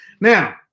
Now